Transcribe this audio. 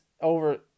over